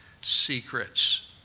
secrets